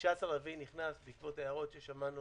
ה-19 באפריל נכנס בעקבות הערות ששמענו